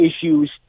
issues